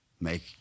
make